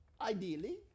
ideally